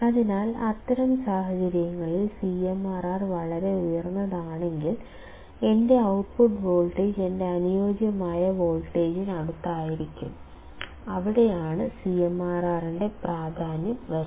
അതിനാൽ അത്തരം സാഹചര്യങ്ങളിൽ CMRR വളരെ ഉയർന്നതാണെങ്കിൽ എന്റെ ഔട്ട്പുട്ട് വോൾട്ടേജ് എന്റെ അനുയോജ്യമായ വോൾട്ടേജിനടുത്തായിരിക്കും അവിടെയാണ് CMRR ൻറെ പ്രാധാന്യം വരുന്നത്